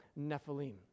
Nephilim